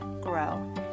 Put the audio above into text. grow